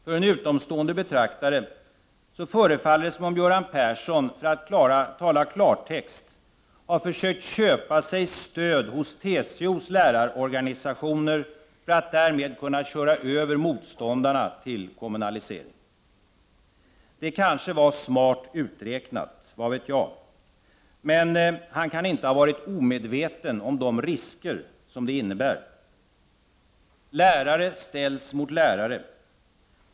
För en utomstående betraktare förefaller det som om Göran Persson, för att tala klartext, har försökt köpa sig stöd hos TCO:s lärarorganisationer för att därmed kunna köra över motståndarna till kommunalisering. Det kanske var smart uträknat. Han kan dock inte ha varit omedveten om de risker det innebär. Lärare ställs mot lärare.